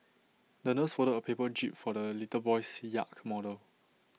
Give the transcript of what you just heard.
the nurse folded A paper jib for the little boy's yacht model